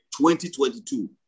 2022